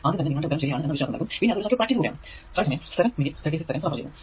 ആദ്യം തന്നെ നിങ്ങളുടെ ഉത്തരം ശരിയാണ് എന്ന വിശ്വാസം നൽകും പിന്നെ അത് ഒരു സർക്യൂട് പ്രാക്ടീസ് ആണ്